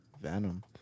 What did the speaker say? Venom